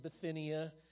Bithynia